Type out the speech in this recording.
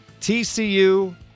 TCU